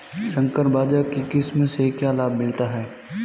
संकर बाजरा की किस्म से क्या लाभ मिलता है?